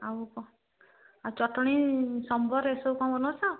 ଆଉ କ'ଣ ଆଉ ଚଟଣି ସମ୍ବର ଏସବୁ କ'ଣ ବନଉଛ